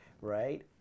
right